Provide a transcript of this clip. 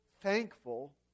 thankful